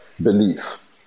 belief